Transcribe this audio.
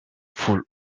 full